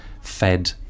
fed